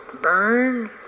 Burn